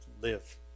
live